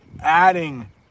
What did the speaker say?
adding